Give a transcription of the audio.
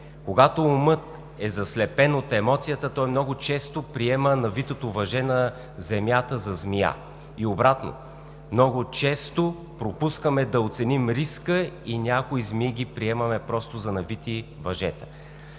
Когато умът е заслепен от емоцията, той много често приема навитото въже на земята за змия, и обратно – много често пропускаме да оценим риска и някои змии ги приемаме просто за навити въжета.